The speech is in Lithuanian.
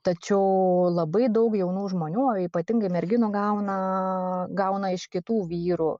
tačiau labai daug jaunų žmonių o ypatingai ir merginų gauna gauna iš kitų vyrų